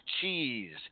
Cheese